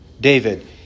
David